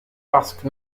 basque